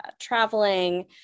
traveling